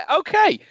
okay